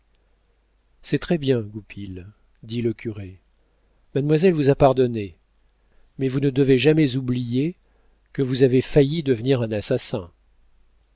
portenduère c'est très-bien goupil dit le curé mademoiselle vous a pardonné mais vous ne devez jamais oublier que vous avez failli devenir un assassin